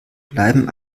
bleiben